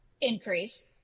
increase